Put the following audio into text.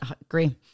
agree